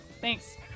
Thanks